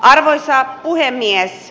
arvoisa puhemies